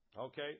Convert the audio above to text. Okay